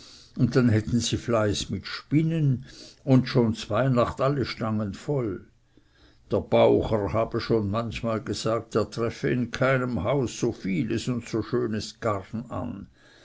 und dann hätten sie fleiß mit spinnen und schon zweihnacht alle stangen voll der baucher habe schon manchmal gesagt er treffe in keinem hause so vieles und so schönes garn an